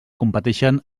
competeixen